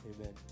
amen